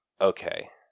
Okay